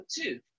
two